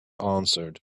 answered